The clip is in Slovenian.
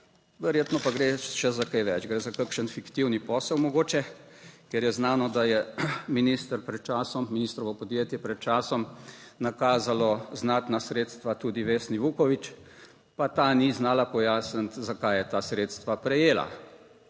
verjetno pa gre še za kaj več, gre za kakšen fiktivni posel, mogoče, ker je znano, da je minister pred časom, ministrovo podjetje, pred časom nakazalo znatna sredstva tudi Vesni Vuković, pa ta ni znala pojasniti, zakaj je ta sredstva prejela.